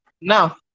now